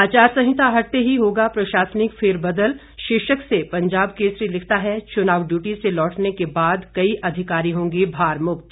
आचार संहिता हटते ही होगा प्रशासनिक फेरबदल शीर्षक से पंजाब केसरी लिखता है चुनाव ड्यूटी से लौटने के बाद कई अधिकारी होंगे भारमुक्त